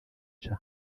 cha